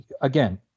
again